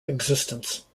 existence